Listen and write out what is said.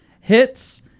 Hits